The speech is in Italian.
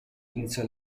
iniziò